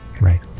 Right